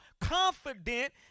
confident